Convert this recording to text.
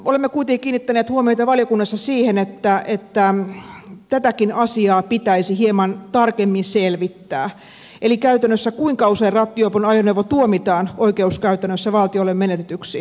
olemme kuitenkin kiinnittäneet huomiota valiokunnassa siihen että tätäkin asiaa pitäisi hieman tarkemmin selvittää eli sitä kuinka usein käytännössä rattijuopon ajoneuvo tuomitaan oikeuskäytännössä valtiolle menetetyksi